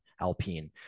Alpine